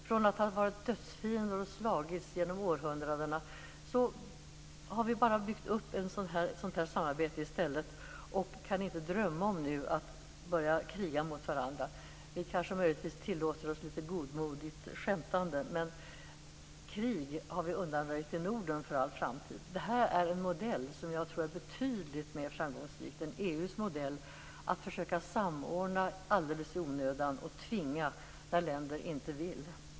Från att ha varit dödsfiender och ha slagits genom århundraden har vi i stället byggt upp ett samarbete. Nu kan vi inte ens drömma om att börja kriga mot varandra. Möjligtvis tillåter vi oss ett litet godmodigt skämtande. Krig har vi i varje fall undanröjt i Norden för all framtid. Denna modell tror jag är betydligt framgångsrikare än EU:s modell som ju är att försöka samordna alldeles i onödan och att tvinga när länder inte vill.